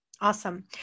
Awesome